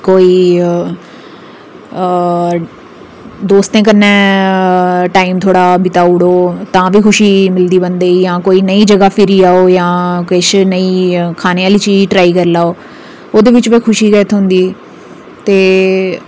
कोई अ दोस्तें कन्नै टाईम थोह्ड़ी बिताई ओड़ो तां बी खुशी मिलदी बंदे ई कोई नई जगह फिरी होग तां नई चीज़ किश खाने आह्ली ट्राई करी लैओ ओह्दे बिच बी खुशी गै थ्होंदी ते